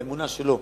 באמונה שלו,